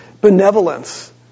benevolence